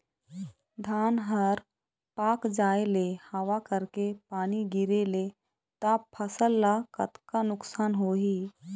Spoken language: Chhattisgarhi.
धान हर पाक जाय ले हवा करके पानी गिरे ले त फसल ला कतका नुकसान होही?